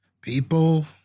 people